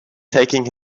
taking